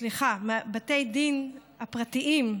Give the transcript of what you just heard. סליחה, בתי הדין הפרטיים,